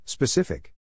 Specific